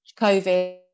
covid